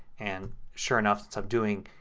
and sure enough as i'm doing